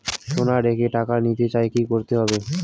সোনা রেখে টাকা নিতে চাই কি করতে হবে?